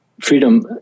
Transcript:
freedom